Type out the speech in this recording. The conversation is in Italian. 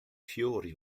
fiori